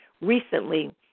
recently